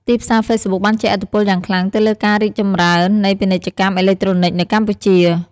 ទីផ្សារហ្វេសប៊ុកបានជះឥទ្ធិពលយ៉ាងខ្លាំងទៅលើការរីកចម្រើននៃពាណិជ្ជកម្មអេឡិចត្រូនិកនៅកម្ពុជា។